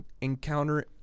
encounter